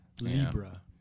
Libra